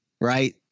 right